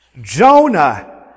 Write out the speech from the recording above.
Jonah